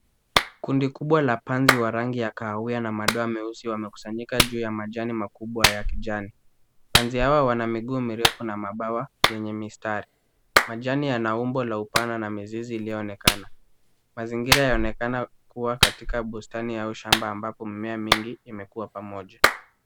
Kundi kubwa la panzi wa rangi ya kahawia na madoa meusi wamekusanyika juu ya majani makubwa ya kijani. Panzi hawa wana miguu mirefu na mabawa yenye mistari. Majani yana umbo la upana na mizizi iliyoonekana. Mazingira yaonekana kuwa katika bustani au shamba ambapo mimea mingi imekua pamoja.